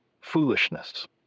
foolishness